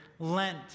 lent